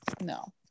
no